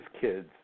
kids